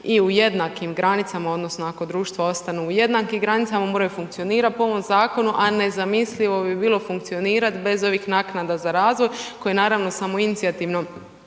i u jednakim granicama, odnosno ako društvo ostane u jednakim granicama, moraju funkcionirati po ovom zakonu, a nezamislivo bi bilo funkcionirati bez ovih naknada za razvoj koje naravno samoinicijativno